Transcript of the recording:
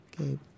Okay